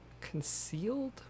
Concealed